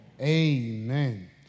Amen